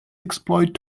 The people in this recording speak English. exploit